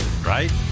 Right